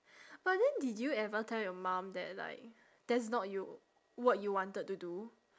but then did you ever tell your mum that like that's not you what you wanted to do